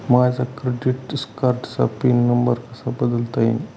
माझ्या क्रेडिट कार्डचा pin number कसा बदलता येईल?